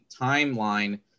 timeline